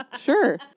sure